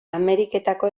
ameriketako